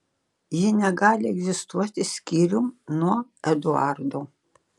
ji negali egzistuoti skyrium nuo eduardo